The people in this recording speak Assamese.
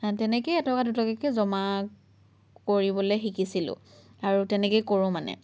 তেনেকৈয়ে এটকা দুটকাকৈ জমা কৰিবলৈ শিকিছিলোঁ আৰু তেনেকেই কৰোঁ মানে